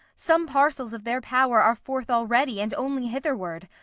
some parcels of their power are forth already, and only hitherward.